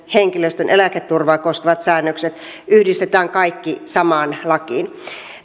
henkilöstön eläketurvaa koskevat säännökset yhdistetään kaikki samaan lakiin